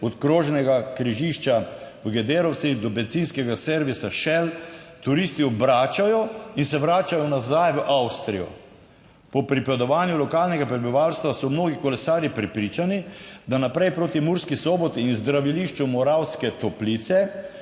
od krožnega križišča v Gederovci do bencinskega servisa Šel turisti obračajo in se vračajo nazaj v Avstrijo. Po pripovedovanju lokalnega prebivalstva so mnogi kolesarji prepričani, da naprej proti Murski Soboti in Zdravilišču Moravske Toplice,